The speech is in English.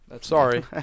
Sorry